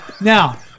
Now